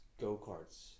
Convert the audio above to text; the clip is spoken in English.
go-karts